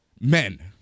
men